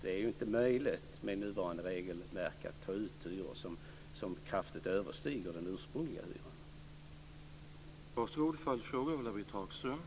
Det är inte möjligt med nuvarande regelverk att ta ut en hyra som kraftigt överstiger den ursprungliga hyran.